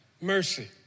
mercy